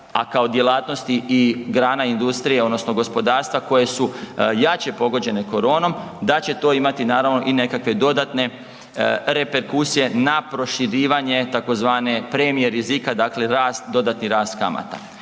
a kao djelatnosti i grana industrije odnosno gospodarstva koje su jače pogođene koronom da će to imati naravno i nekakve dodate reperkusije na proširivanje tzv. premije rizika, dakle rast, dodatni rast kamata.